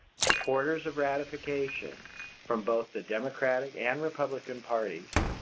supporters of ratification from both the democratic and republican parties,